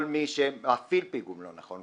כל מי שמפעיל פיגום לא נכון,